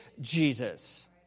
Jesus